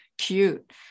cute